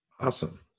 Awesome